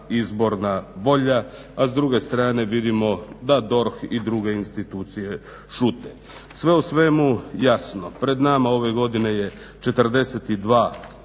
izborna volja, a s druge strane vidimo da DORH i druge institucije šute. Sve u svemu jasno pred nama ove godine je 42